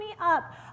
up